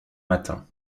matin